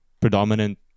predominant